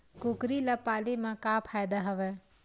कुकरी ल पाले म का फ़ायदा हवय?